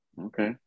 Okay